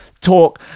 talk